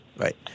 Right